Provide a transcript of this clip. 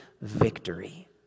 victory